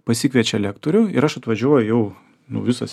pasikviečia lektorių ir aš atvažiuoju jau nu visas